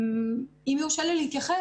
אם יורשה לי להתייחס,